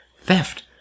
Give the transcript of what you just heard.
theft